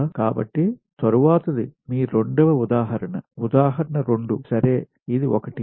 కాబట్టి తరువాత ది మీ రెండవ ఉదాహరణ ఉదాహరణ 2సరే ఇది ఒకటి